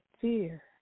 fear